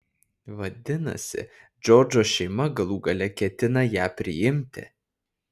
vadinasi džordžo šeima galų gale ketina ją priimti